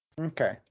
Okay